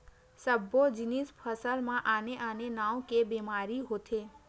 सब्बो जिनिस फसल म आने आने नाव के बेमारी होथे